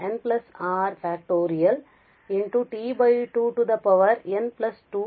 t 2 n2r